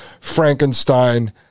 frankenstein